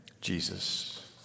Jesus